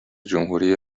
جمهوری